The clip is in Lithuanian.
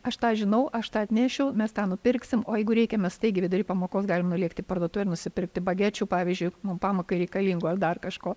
aš tą žinau aš tą atnešiu mes tą nupirksim o jeigu reikia mes staigiai vidury pamokos galim nulėkti į parduotuvę ir nusipirkti bagečių pavyzdžiui nu pamokai reikalingų ar dar kažko